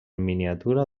miniatura